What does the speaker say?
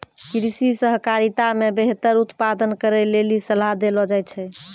कृषि सहकारिता मे बेहतर उत्पादन करै लेली सलाह देलो जाय छै